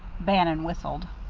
bannon whistled.